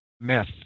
myth